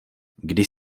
když